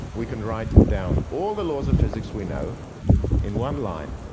we can write down all the laws of physics we know in one line.